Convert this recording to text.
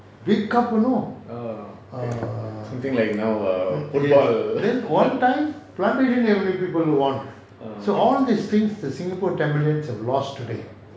big cup know then one time plantation avenue people won so all these things the singapore tamilians have lost today